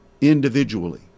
individually